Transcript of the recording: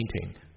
painting